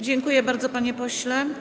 Dziękuję bardzo, panie pośle.